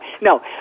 no